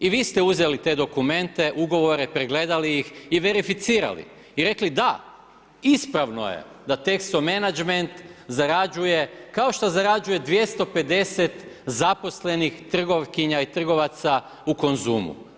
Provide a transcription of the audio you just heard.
I vi ste uzeli te dokumente, ugovore, pregledali ih i verificirali i rekli da, ispravno je da Texo Menagment zarađuje kao što zarađuje 250 zaposlenih trgovkinja i trgovaca u Konzumu.